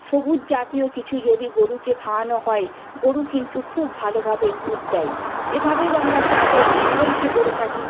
সবুজ জাতীয় কিছু যদি গরুকে খাওয়ানো হয় গরু কিন্তু খুব ভালো ভাবে দুধ দেয় এ ভাবেও আমরা ছাগলকে করে থাকি